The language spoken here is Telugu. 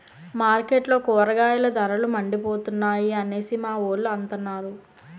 మార్కెట్లో కూరగాయల ధరలు మండిపోతున్నాయి అనేసి మావోలు అంతన్నారు